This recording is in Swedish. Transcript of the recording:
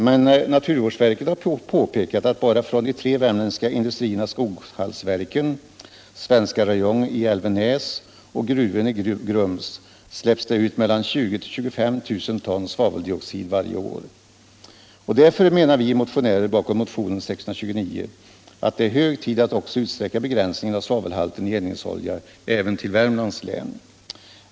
Men naturvårdsverket har påpekat att bara från de tre värmländska industrierna Skoghallsverken, Svenska Rayon i Älvenäs och Gruvön i Grums släpps det ut mellan 20 000 och 25 000 ton svaveldioxid varje år. Därför menar vi motionärer bakom motionen 629 att det är hög tid att utsträcka begränsningen av svavelhalten i eldningsolja även till Värmlands län.